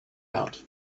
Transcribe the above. out